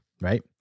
Right